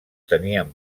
tenien